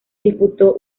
disputó